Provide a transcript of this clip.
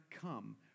come